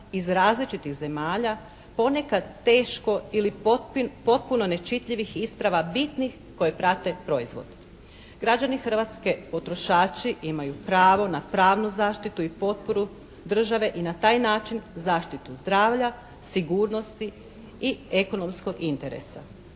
iz različitih zemalja. Ponekad teško ili potpuno nečitljivih isprava bitnih koje prate proizvod. Građani Hrvatske, potrošači imaju pravo na pravnu zaštitu i potporu države i na taj način zaštitu zdravlja i sigurnosti i ekonomskog interesa.